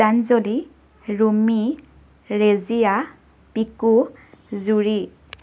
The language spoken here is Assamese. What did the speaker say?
গীতাঞ্জলি ৰুমি ৰেজিয়া পিকু জুৰি